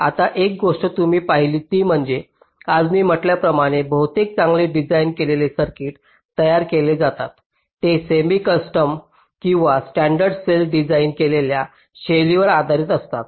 आता एक गोष्ट तुम्ही पाहिली ती म्हणजे आज मी म्हटल्याप्रमाणे बहुतेक चांगले डिझाइन केलेले सर्किट तयार केले जातात ते सेमी कस्टम किंवा स्टॅंडर्ड सेल डिझाइन केलेल्या शैलीवर आधारित असतात